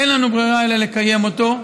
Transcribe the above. אין לנו ברירה אלא לקיים אותו,